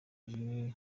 aje